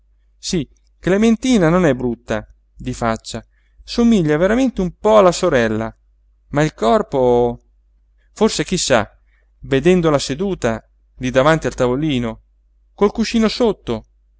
sí clementina non è brutta di faccia somiglia veramente un po alla sorella ma il corpo forse chi sa vedendola seduta lí davanti al tavolino col cuscino sotto